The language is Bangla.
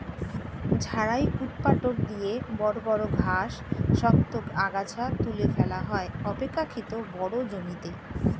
ঝাড়াই ঊৎপাটক দিয়ে বড় বড় ঘাস, শক্ত আগাছা তুলে ফেলা হয় অপেক্ষকৃত বড় জমিতে